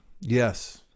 Yes